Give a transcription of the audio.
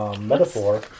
metaphor